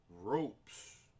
ropes